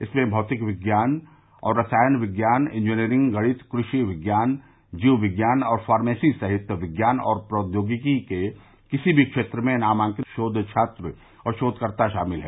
इसमें भौतिक और रसायन विज्ञान इंजीनियरिंग गणित कृषि विज्ञान जीव विज्ञान और फार्मेसी सहित विज्ञान और प्रौद्योगिकी के किसी भी क्षेत्र में नामांकित शोध छात्र और शोधकर्ता शामिल हैं